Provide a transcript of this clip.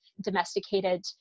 domesticated